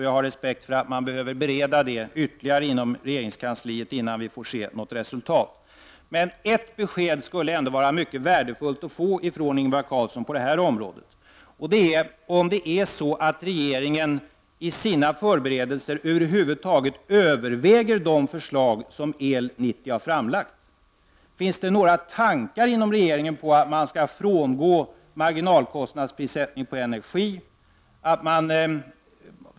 Jag har respekt för att man behöver bereda detta ärende ytterligare inom regeringskansliet, innan vi får se något resultat. Men ert besked skulle ändå vara mycket värdefullt att få från Ingvar Carlsson på det här området. Överväger regeringen i 1 sina förberedelser över huvud taget de förslag som El 90 har framlagt? Finns det några tankar inom regeringen på att man skall frångå marginalkostnadsprissättning på energi?